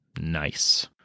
Nice